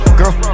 girl